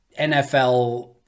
NFL